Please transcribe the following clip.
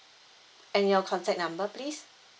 and your contact number please